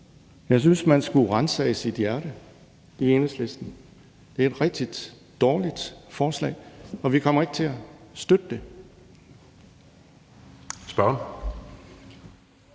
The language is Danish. Jeg synes, at man skulle ransage sit hjerte i Enhedslisten. Det er et rigtig dårligt forslag, og vi kommer ikke til at støtte det.